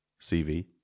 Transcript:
cv